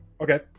Okay